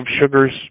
sugars